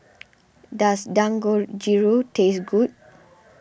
does Dangojiru taste good